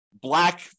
black